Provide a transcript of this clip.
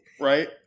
Right